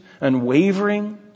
Unwavering